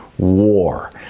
war